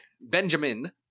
Benjamin